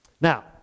Now